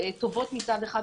מצד אחד,